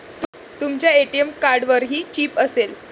तुमच्या ए.टी.एम कार्डवरही चिप असेल